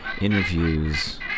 interviews